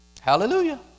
Hallelujah